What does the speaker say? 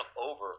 over